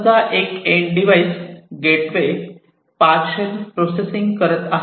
समजा एक end device किंवा गेटवे पार्शल प्रोसेसिंग करत आहे